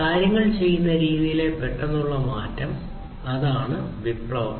കാര്യങ്ങൾ ചെയ്യുന്ന രീതിയിലെ പെട്ടെന്നുള്ള മാറ്റം അതാണ് വിപ്ലവം